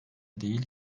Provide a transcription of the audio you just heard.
değil